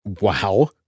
Wow